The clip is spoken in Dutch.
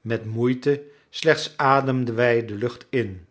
met moeite slechts ademden wij de lucht in